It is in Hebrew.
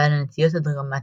בעל הנטיות הדרמטיות.